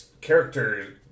character